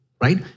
right